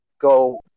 go